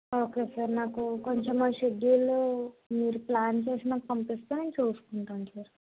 okay sir నాకు కొంచెం ఆ షెడ్యూలు మీరు ప్లాన్ చేసి నాకు పంపిస్తే నేను చూసుకుంటాను సార్